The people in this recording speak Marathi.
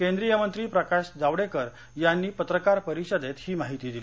केंद्रीय मंत्री प्रकाश जावडेकर यांनी पत्रकार परिषदेत ही माहिती दिली